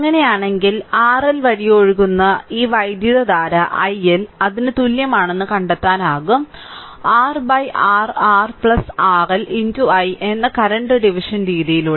അങ്ങനെയാണെങ്കിൽ RL വഴി ഒഴുകുന്ന ഈ വൈദ്യുതധാര iL അതിന് തുല്യമാണെന്ന് കണ്ടെത്താനാകും R r R RL i എന്ന കറന്റ് ഡിവിഷൻ രീതിയിലൂടെ